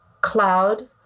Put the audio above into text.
Cloud